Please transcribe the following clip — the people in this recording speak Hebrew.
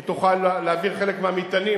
היא תוכל להעביר חלק מהמטענים,